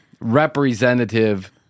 representative